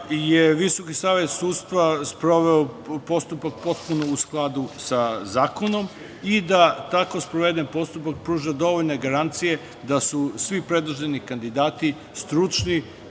je Visoki savet sudstva sproveo postupak potpuno u skladu sa zakonom i da tako sproveden postupak pruža dovoljne garancije da su svi predloženi kandidati stručni,